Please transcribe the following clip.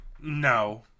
no